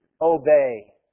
obey